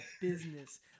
business